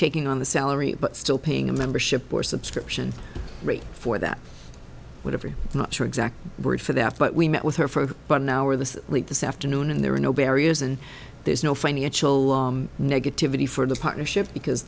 taking on the salary but still paying a membership or subscription rate for that would have you not sure exact word for that but we met with her for about an hour this late this afternoon and there were no barriers and there's no financial negativity for the partnership because